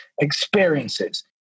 experiences